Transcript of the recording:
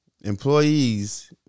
employees